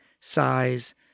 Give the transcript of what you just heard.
size